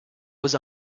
was